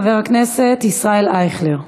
חבר הכנסת ישראל אייכלר.